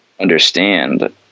understand